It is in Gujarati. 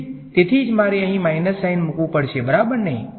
તેથી તેથી જ મારે અહીં માઇનસ સાઇન મુકવું પડશે બરાબરને